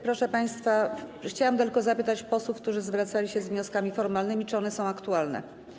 Proszę państwa, chciałabym tylko zapytać posłów, którzy zwracali się z wnioskami formalnymi, czy one są aktualne.